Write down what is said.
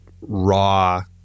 raw